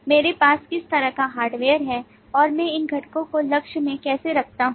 मेरे पास किस तरह का हार्डवेयर है और मैं इन घटकों को लक्ष्य में कैसे रखता हूं